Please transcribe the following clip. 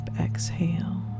exhale